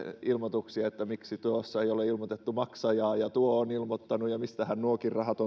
ilmoituksia että miksi tuossa ei ole ilmoitettu maksajaa ja tuo on ilmoittanut ja mistähän nuokin rahat